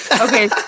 okay